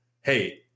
Hey